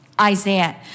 Isaiah